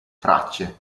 tracce